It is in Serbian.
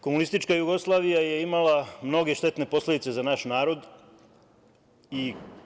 Komunistička Jugoslavija je imala mnoge štetne posledice za naš narod i…